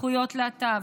זכויות להט"ב,